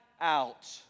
out